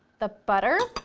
the butter,